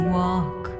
walk